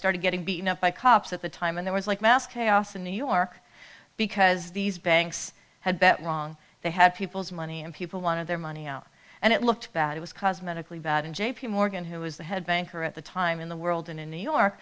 started getting beat up by cops at the time when there was like mass chaos in new york because these banks had better wrong they had people's money and people wanted their money out and it looked bad it was cosmetically bad and j p morgan who was the head banker at the time in the world and in new york